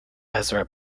ezra